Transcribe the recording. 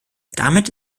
damit